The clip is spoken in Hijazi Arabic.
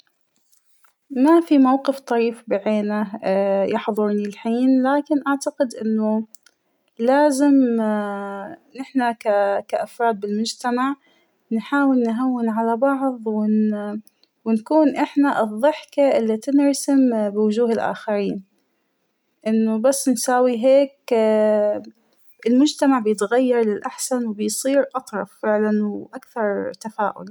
ما فى موقف طريف بعينه اا- يحضرنى الحين لكن أعتقد أنه لازم اا- نحنا كأفراد بالمجتمع نحاول نهون على بعض ون - ونكون إحنا الضحكة اللى تنرسم بوجوه الآخرين ، إنه بس نساوى هيك ، المجتمع بيتغير للأحسن وبيصير أطرف فعلاً وأكثر تفاؤل.